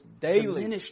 daily